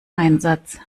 einsatz